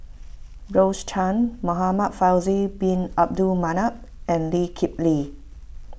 Rose Chan Muhamad Faisal Bin Abdul Manap and Lee Kip Lee